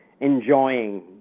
enjoying